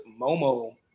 Momo